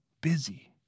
busy